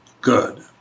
good